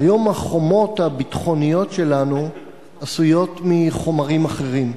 היום החומות הביטחוניות שלנו עשויות מחומרים אחרים,